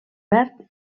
verd